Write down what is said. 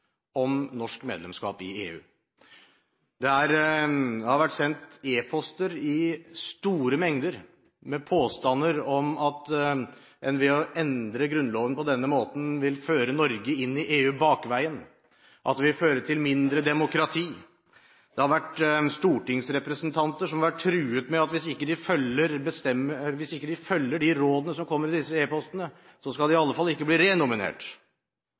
om hva forslaget ikke handler om. Det handler ikke om norsk medlemskap i EU. Det har vært sendt e-poster i store mengder, med påstander om at en ved å endre Grunnloven på denne måten vil føre Norge inn i EU bakveien, at det vil føre til mindre demokrati. Det er stortingsrepresentanter som har blitt truet med at hvis de ikke følger de rådene som kommer i disse e-postene, i hvert fall ikke skal bli renominert.